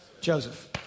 Joseph